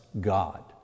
God